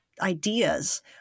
ideas